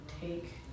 take